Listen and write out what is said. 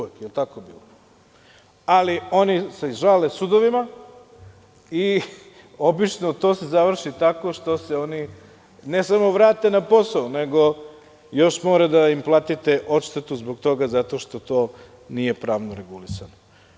Oni se žale sudovima i obično se to završi tako što se oni, ne samo vrate na posao, nego još morate i da im platite odštetu zbog toga što to nije pravno regulisano.